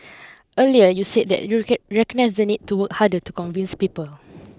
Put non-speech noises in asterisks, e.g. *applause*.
earlier you said that you *unintelligible* recognise the need to work harder to convince people